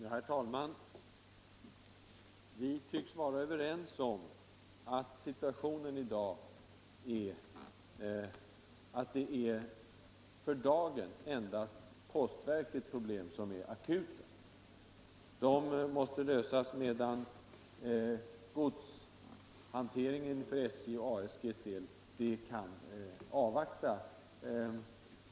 Herr talman! Vi tycks vara överens om att det för dagen endast är postverkets problem som är akuta. De måste lösas, medan man kan avvakta i fråga om godshanteringen för SJ:s och ASG:s del.